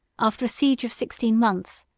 after a siege of sixteen months,